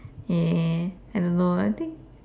uh I don't know I think